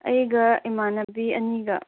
ꯑꯩꯒ ꯏꯃꯥꯟꯅꯕꯤ ꯑꯅꯤꯒ